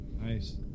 Nice